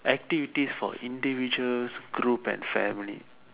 activities for individuals group and family